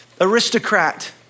aristocrat